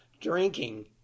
drinking